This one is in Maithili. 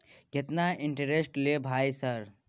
केतना इंटेरेस्ट ले भाई सर?